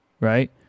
Right